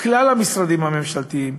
כלל המשרדים הממשלתיים,